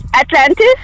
Atlantis